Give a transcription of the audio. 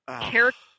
character